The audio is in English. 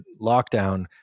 lockdown